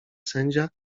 sędzia